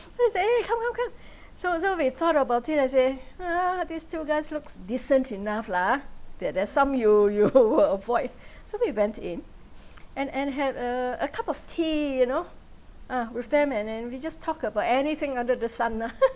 so they said come come come so and so we thought about it I say these two guys looks decent enough lah ah there there's some you you avoid so we went in and and had uh a cup of tea you know ah with them and then we just talk about anything under the sun lah